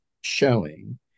showing